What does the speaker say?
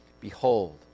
Behold